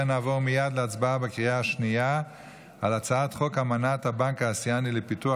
נעבור מייד להצבעה בקריאה השנייה על הצעת חוק אמנת הבנק האסייני לפיתוח,